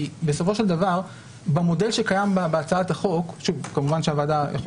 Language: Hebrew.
כי במודל שקיים בהצעת החוק כמובן שהוועדה יכול